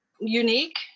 unique